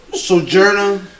Sojourner